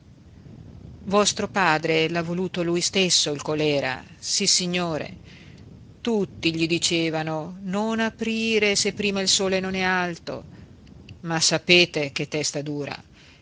vostro padre l'ha voluto lui stesso il colèra sissignore tutti gli dicevano non aprite se prima il sole non è alto ma sapete che testa dura